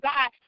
God